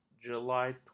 July